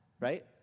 right